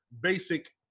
basic